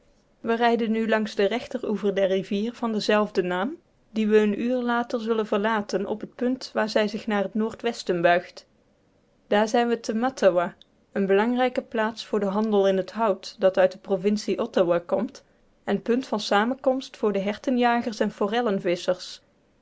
we rijden nu langs den rechteroever der rivier van denzelfden naam die we een uur later zullen verlaten op het punt waar zij zich naar het noordwesten buigt daar zijn we te mattawa een belangrijke plaats voor den handel in het hout dat uit de provincie ottawa komt en punt van samenkomst voor de hertenjagers en de forellenvisschers